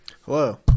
Hello